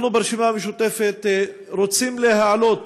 אנחנו ברשימה המשותפת רוצים להעלות